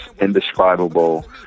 indescribable